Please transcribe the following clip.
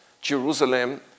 Jerusalem